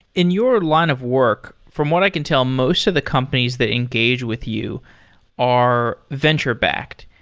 in your line of work from what i can tell, most of the companies that engage with you are venture-backed.